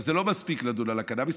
זה לא מספיק לדון על הקנביס,